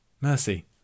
Mercy